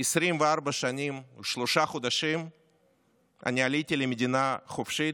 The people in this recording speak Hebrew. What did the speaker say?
24 שנים ושלושה חודשים אני עליתי למדינה חופשית,